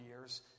years